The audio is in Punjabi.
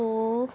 ਹੋ